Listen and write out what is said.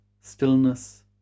stillness